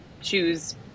choose